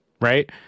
right